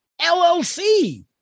LLC